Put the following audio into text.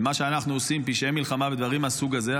למה שאנחנו עושים: "פשעי מלחמה" ודברים מהסוג הזה.